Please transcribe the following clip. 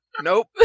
nope